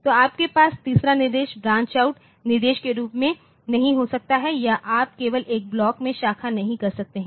तो आपके पास तीसरा निर्देश ब्रांच आउट निर्देश के रूप में नहीं हो सकता है या आप केवल एक ब्लॉक में शाखा नहीं कर सकते हैं